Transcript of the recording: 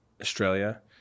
Australia